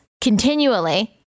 continually